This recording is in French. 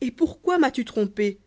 et pourquoi m'as-tu trompé